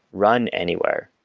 run anywhere,